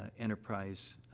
enterprise,